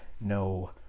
no